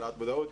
העלאת מודעות,